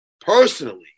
personally